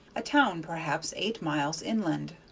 a town perhaps eight miles inland.